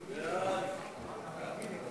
סעיפים 1